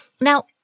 Now